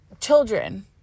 children